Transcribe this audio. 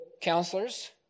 counselors